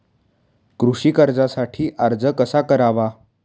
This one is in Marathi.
कृषी कर्जासाठी अर्ज कसा करावा?